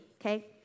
okay